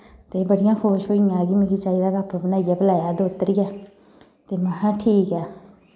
ते बड़ियां खुश होई गेइयां कि मिगी चाई दा कप्प बनाइयै पलाया दोत्तरियै ते महां ठीक ऐ